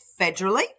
federally